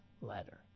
letter